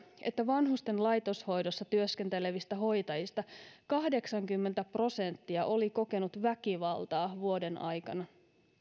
että vanhusten laitoshoidossa työskentelevistä hoitajista kahdeksankymmentä prosenttia oli kokenut väkivaltaa vuoden aikana